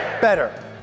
Better